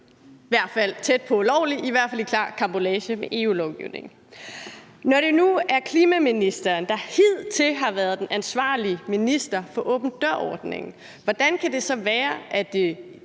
i hvert fald gjorde, at den var i klar karambolage med EU-lovgivningen. Når det nu er klimaministeren, der hidtil har været den ansvarlige minister for åben dør-ordningen, hvordan kan det så være, at det